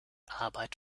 arbeit